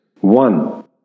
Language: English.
One